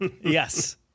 Yes